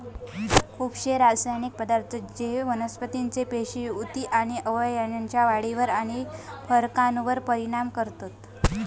खुपशे रासायनिक पदार्थ जे वनस्पतीचे पेशी, उती आणि अवयवांच्या वाढीवर आणि फरकावर परिणाम करतत